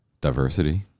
Diversity